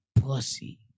Pussy